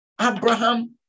Abraham